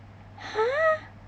!huh!